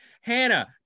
hannah